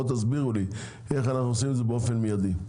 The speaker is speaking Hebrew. תסבירו לי איך אנחנו עושים את זה באופן מיידי.